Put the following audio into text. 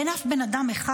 אין אף בן אדם אחד,